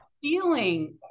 feeling